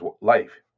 life